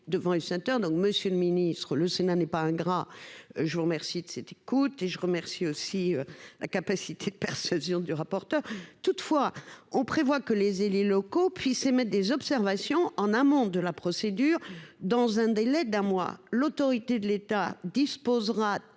donc Monsieur le Ministre, le Sénat n'est pas ingrat. Je vous remercie de cette écoute et je remercie aussi la capacité de persuasion du rapporteur. Toutefois, on prévoit que les élus locaux puissent émettre des observations en amont de la procédure dans un délai d'un mois. L'autorité de l'État disposera